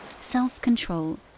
self-control